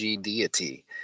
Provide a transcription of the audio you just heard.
deity